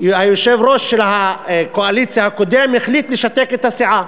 היושב-ראש הקודם של הקואליציה החליט לשתק את הסיעה.